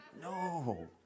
No